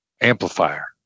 amplifier